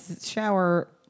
shower